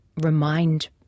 remind